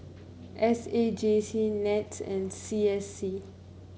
S A J C NETS and C S C